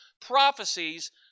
prophecies